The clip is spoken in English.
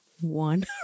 one